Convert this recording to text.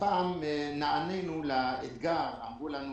הפעם נענינו לאתגר אמרו לנו